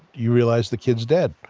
you realize the kid's dead.